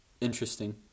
interesting